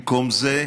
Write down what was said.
במקום זה,